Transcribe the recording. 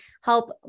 help